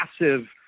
massive